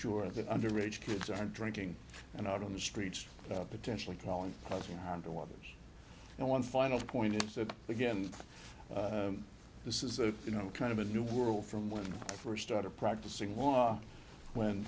that underage kids aren't drinking and out on the streets potentially crawling causing harm to others and one final point is that again this is a you know kind of a new world from when i first started practicing law when